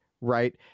right